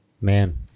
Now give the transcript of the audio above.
Man